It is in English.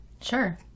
Sure